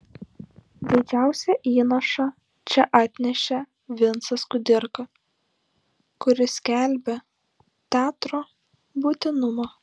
didžiausią įnašą čia atnešė vincas kudirka kuris skelbė teatro būtinumą